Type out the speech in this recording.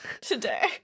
today